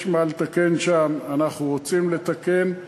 יש מה לתקן שם, אנחנו רוצים לתקן.